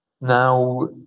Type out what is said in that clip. Now